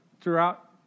throughout